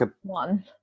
one